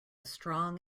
strong